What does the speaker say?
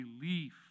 belief